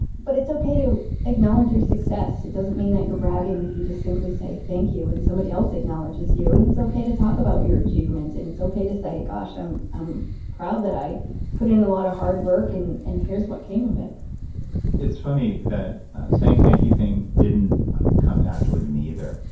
but it's okay to acknowledge your success. it doesn't mean that you're bragging if you just simply say thank you when somebody else acknowledges you. and it's okay to talk about your achievements. and it's okay to say, gosh, i'm i'm proud that i put in a lot of hard work and and here's what came of it it's funny that saying thank you didn't come naturally to me, either.